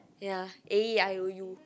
ya A E I O U